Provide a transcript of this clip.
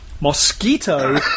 mosquito